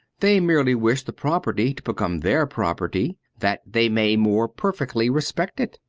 they merely wish the property to become their property that they may more perfectly respect it.